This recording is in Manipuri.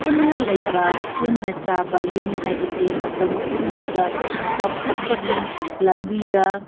ꯄꯨꯟꯅ ꯂꯩꯕ ꯄꯨꯟꯅ ꯆꯥꯕ ꯌꯨꯝ ꯍꯥꯏꯕꯁꯦ ꯃꯇꯝ ꯄꯨꯝꯅꯃꯛꯇ ꯆꯥꯎꯈꯠꯄꯒꯤ ꯂꯝꯕꯤꯗ